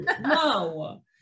No